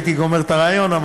הייתי גומר את הריאיון.